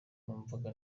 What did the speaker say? numvaga